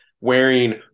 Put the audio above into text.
wearing